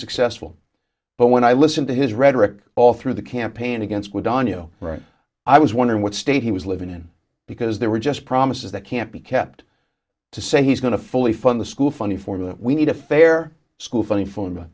successful but when i listen to his rhetoric all through the campaign against with daniel right i was wondering what state he was living in because there were just promises that can't be kept to say he's going to fully fund the school funding formula we need a fair school funny phone